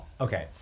Okay